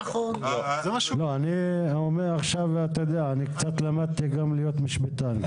אתה יודע, למדתי גם להיות קצת משפטן.